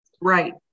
Right